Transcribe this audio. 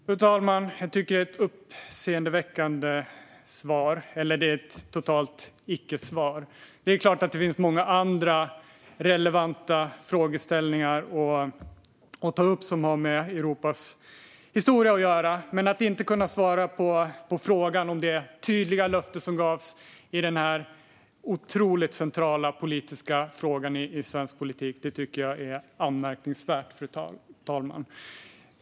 Fru talman! Jag tycker att det är ett uppseendeväckande svar - egentligen ett totalt icke-svar. Det är klart att det finns många andra relevanta frågeställningar att ta upp som har med Europas historia att göra, men att inte kunna svara på frågan om det tydliga löfte som gavs i den här otroligt centrala frågan i svensk politik tycker jag är anmärkningsvärt, fru talman.